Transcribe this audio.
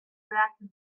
reacted